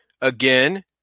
again